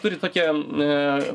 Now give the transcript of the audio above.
turi tokiam ne